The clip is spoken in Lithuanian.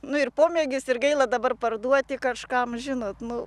nu ir pomėgis ir gaila dabar parduoti kažkam žinot nu